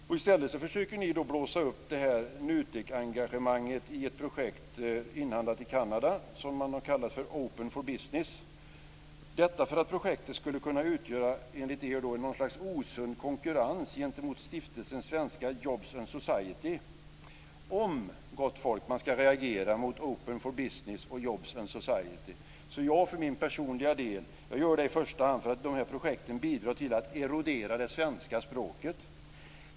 I stället försöker ni blåsa upp NUTEK engagemanget i ett projekt inhandlat i Kanada som man har kallat för Open for Business; detta för att projektet enligt er skulle kunna utgöra något slags osund konkurrens gentemot Stiftelsen Svenska Jobs & Society. Om, gott folk, man ska reagera mot Open for Business och Jobs & Society, gör jag det för min personliga del för att de här projekten bidrar till att erodera det svenska språket.